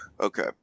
okay